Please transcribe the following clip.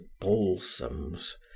balsams